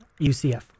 UCF